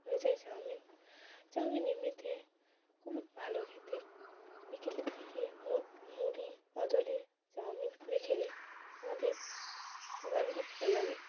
হয়ে যায় chow mein chow mein এমনিতে খুব ভালো খেতে বিকেলের দিকে মুড়ির বদলে চাউমিন করে খেলে আমাদের সবারই ভালো লাগে